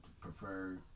prefer